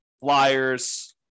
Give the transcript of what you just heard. flyers